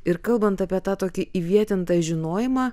ir kalbant apie tą tokį įvietintą žinojimą